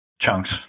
Chunks